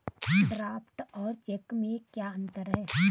Draft और check में क्या अंतर है?